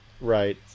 Right